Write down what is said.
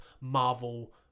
Marvel